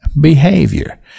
behavior